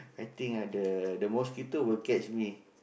I think ah the the mosquito will catch me